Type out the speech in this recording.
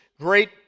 great